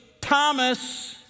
Thomas